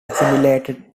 assimilated